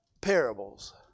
parables